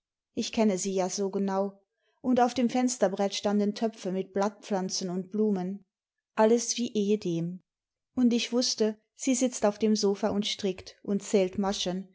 ich kenne sie ja so genau und auf dem fensterbrett standen töpfe mit blattpflanzen und blumen alles wie ehedem und ich wußte sie sitzt auf dem sofa und strickt und zählt